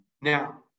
Now